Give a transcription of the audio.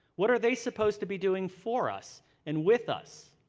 what are they supposed to be doing for us and with us?